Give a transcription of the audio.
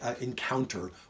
encounter